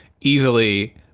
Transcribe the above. easily